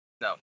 No